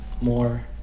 more